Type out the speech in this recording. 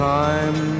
time